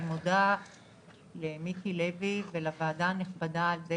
אני מודה למיקי לוי ולוועדה הנכבדה על זה